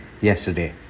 yesterday